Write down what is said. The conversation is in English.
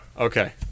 okay